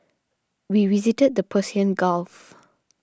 we visited the Persian Gulf